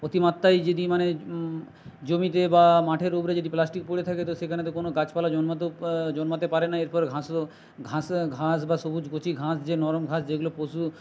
অতিমাত্রায় যদি মানে জমিতে বা মাঠের উপরে যদি প্লাস্টিক পড়ে থাকে তো সেখানে তো কোনও গাছপালা জন্মাতেও জন্মাতে পারে না এরপর ঘাসও ঘাস ঘাস বা সবুজ কচি ঘাস যে নরম ঘাস যেগুলো পশু